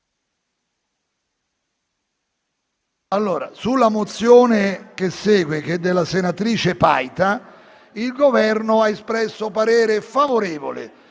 1 a 10. Sulla mozione che segue, della senatrice Paita, il Governo ha espresso parere favorevole